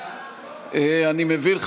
אני מבין,